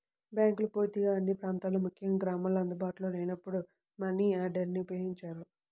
బ్యాంకులు పూర్తిగా అన్ని ప్రాంతాల్లో ముఖ్యంగా గ్రామాల్లో అందుబాటులో లేనప్పుడు మనియార్డర్ని ఉపయోగించారు